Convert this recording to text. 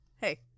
hey